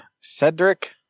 Cedric